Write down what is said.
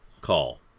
call